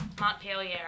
montpelier